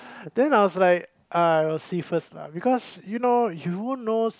then I was like I will see first lah because you know you won't know